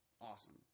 awesome